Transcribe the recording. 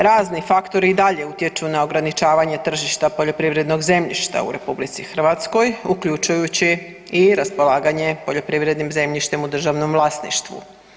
Razni faktori i dalje utječu na ograničavanje tržišta poljoprivrednog zemljišta u Republici Hrvatskoj, uključujući i raspolaganje poljoprivrednim zemljištem u državnom vlasništvu.